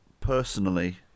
personally